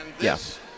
Yes